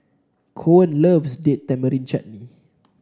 Koen loves Date Tamarind Chutney